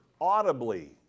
audibly